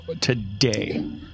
today